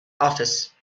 office